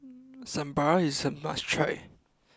Sambar is a must try